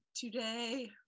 Today